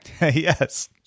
Yes